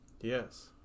Yes